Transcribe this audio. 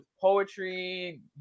poetry